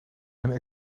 een